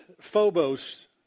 Phobos